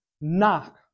knock